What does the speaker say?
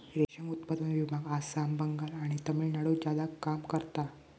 रेशम उत्पादन विभाग आसाम, बंगाल आणि तामिळनाडुत ज्यादा काम करता